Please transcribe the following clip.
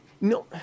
no